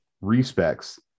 respects